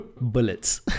bullets